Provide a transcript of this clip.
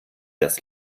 das